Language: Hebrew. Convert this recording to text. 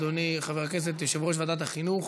אדוני חבר הכנסת יושב-ראש ועדת החינוך,